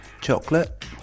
Chocolate